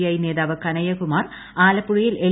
I നേതാവ് കനയ്യ കുമാർ ആലപ്പുഴയിൽ L